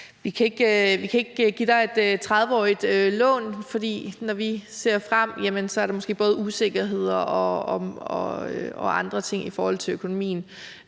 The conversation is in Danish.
at man ikke kan få et 30-årigt lån, fordi der måske, når man ser frem, både er usikkerheder og andre ting i forhold til økonomien.